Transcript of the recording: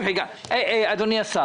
אדוני השר,